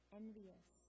envious